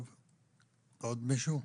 עוד מישהו?